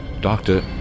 Doctor